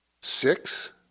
Six